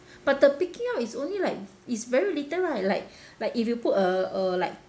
but the picking up is only like is very little right like like if you put uh uh like